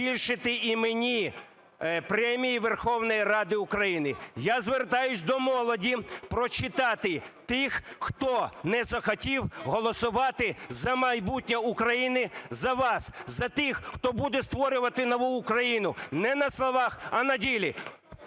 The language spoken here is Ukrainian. збільшити іменні премії Верховної Ради України. Я звертаюся до молоді прочитати тих, хто не захотів голосувати за майбутнє України – за вас, за тих, хто буде створювати нову Україну не на словах, а на ділі.